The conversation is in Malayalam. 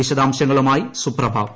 വിശദാംശങ്ങളുമായി സുപ്രഭ്